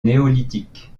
néolithique